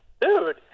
dude